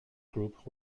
group